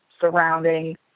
surrounding